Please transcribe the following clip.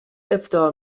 افطار